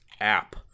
app